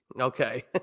Okay